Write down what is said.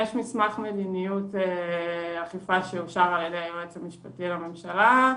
יש מסמך מדיניות אכיפה שאושר על ידי היועץ המשפטי לממשלה.